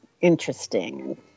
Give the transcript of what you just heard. interesting